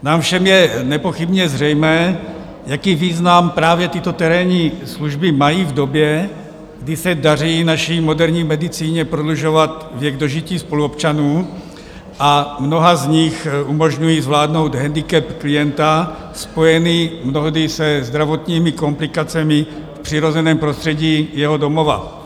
Nám všem je nepochybně zřejmé, jaký význam právě tyto terénní služby mají v době, kdy se daří naší moderní medicíně prodlužovat věk dožití spoluobčanů a mnoha z nich umožňují zvládnout hendikep klienta spojený mnohdy se zdravotními komplikacemi v přirozeném prostředí jeho domova.